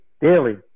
daily